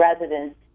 residents